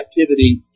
activity